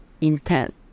intent